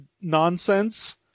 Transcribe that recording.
nonsense